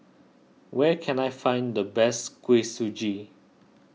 where can I find the best Kuih Suji